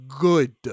Good